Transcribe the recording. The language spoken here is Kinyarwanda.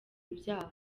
ibyago